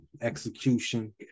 execution